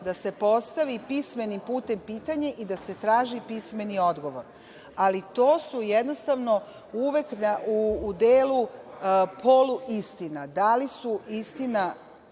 da se postavi pismenim putem pitanje i da se traži pismeni odgovor, ali to su jednostavno uvek u delu poluistina. Da li su istina